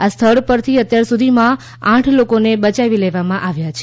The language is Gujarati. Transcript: આ સ્થળ પરથી અત્યાર સુધીમાં આઠ લોકોને બયાવી લેવામાં આવ્યા છે